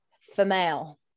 female